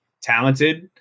talented